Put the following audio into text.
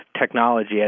technology